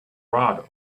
rod